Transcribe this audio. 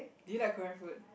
do you like Korean food